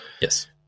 Yes